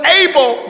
able